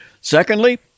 Secondly